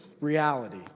reality